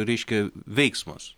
reiškia veiksmas